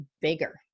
bigger